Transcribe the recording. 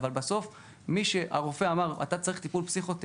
אבל בסוף מי שהרופא אמר לו שצריך טיפול פסיכותרפי,